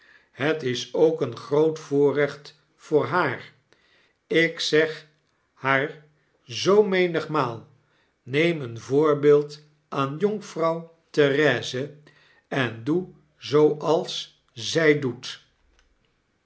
het is ook een groot voorrecht voor haar ik zeg haar zoo menigmaal neem een voorbeeld aan jonkvrouw therese en doe zooals zy doet